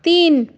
তিন